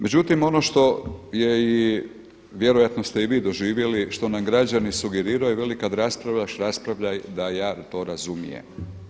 Međutim, ono što je i vjerojatno ste i vi doživjeli što nam građani sugeriraju, veli kad raspravljaš raspravljaj da ja to razumijem.